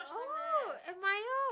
oh admire